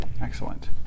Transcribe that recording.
Excellent